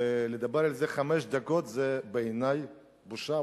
ולדבר על זה חמש דקות זה בעיני בושה,